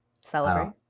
Celebrate